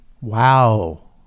Wow